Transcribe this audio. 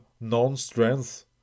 non-strength